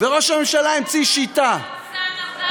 שר האוצר שם 4 מיליארד שקלים,